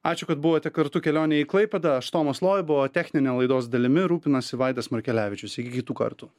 ačiū kad buvote kartu kelionėj į klaipėdą aš tomas loiba o technine laidos dalimi rūpinasi vaidas markelevičius iki kitų kartų